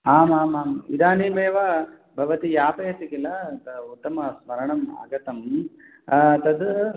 आम् आम् आम् इदानीम् एव भवती यापयति किल उत्तम स्मरणं आगतं तत्